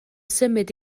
symud